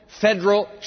federal